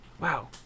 Wow